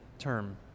Term